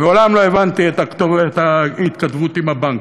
מעולם לא הבנתי את ההתכתבות עם הבנק.